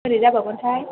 बोरै जाबावगोनथाय